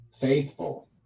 Faithful